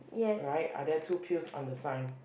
right are there two pills on the sign